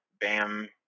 BAM